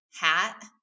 hat